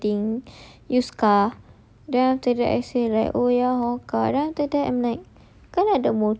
father go wedding use car then after that I say like oh ya hor correct after that I'm like